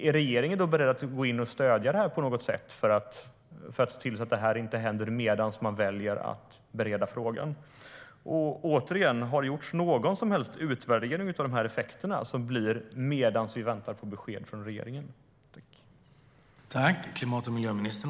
Är regeringen beredd att gå in och stödja på något sätt för att se till att detta inte händer medan man väljer att bereda frågan? Återigen: Har det gjorts någon som helst utvärdering av de effekter som uppstår medan vi väntar på besked från regeringen?